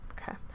Okay